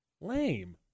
Lame